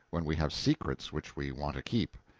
when we have secrets which we want to keep.